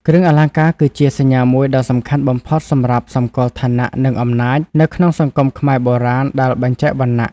គ្រឿងអលង្ការគឺជាសញ្ញាមួយដ៏សំខាន់បំផុតសម្រាប់សម្គាល់ ឋានៈ និងអំណាច នៅក្នុងសង្គមខ្មែរបុរាណដែលបែងចែកវណ្ណៈ។